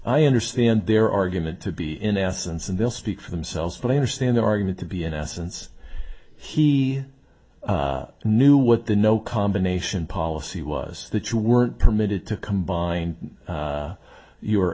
i understand their argument to be in essence and they'll speak for themselves but i understand their argument to be in essence he knew what the no combination policy was that you weren't permitted to combine your